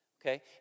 okay